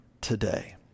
today